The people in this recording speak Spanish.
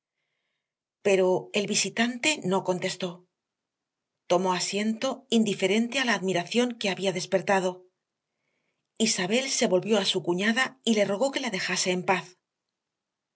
pero el visitante no contestó tomó asiento indiferente a la admiración que había despertado isabel se volvió a su cuñada y le rogó que la dejase en paz